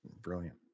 brilliant